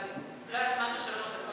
אבל לא היה זמן בשלוש דקות.